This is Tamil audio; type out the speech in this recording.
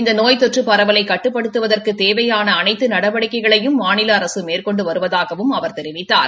இந்த நோய் தொற்று பரவலை கட்டுப்படுத்துவதற்கு தேவையாள அனைத்து நடவடிக்கைகளையும் மாநில அரசு மேற்கொண்டு வருவதாகவும் அவர் தெரிவித்தார்